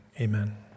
Amen